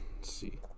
see